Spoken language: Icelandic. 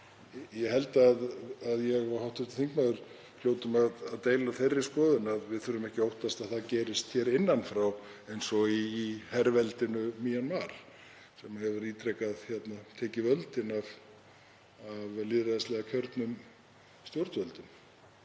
Ég held að ég og hv. þingmaður hljótum að deila þeirri skoðun að við þurfum ekki að óttast að það gerist innan frá eins og í herveldinu Mjanmar sem hefur ítrekað tekið völdin af lýðræðislega kjörnum stjórnvöldum.